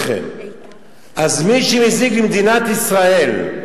אז מי שמזיק למדינת ישראל,